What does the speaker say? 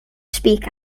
speak